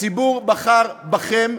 הציבור בחר בכם,